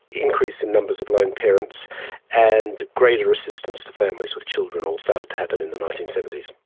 increase in numbers of lone parents and greater assistance to families with children all started to happen in the nineteen seventy s.